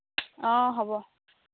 অ হ'ব